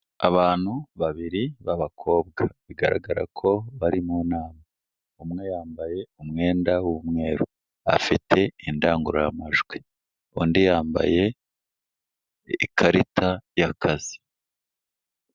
Abantu babiri b'abakobwa bigaragara ko bari mu nama, umwe yambaye umwenda w'umweru, afite indangururamajwi, undi yambaye ikarita y'akazi.